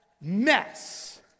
mess